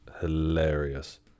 hilarious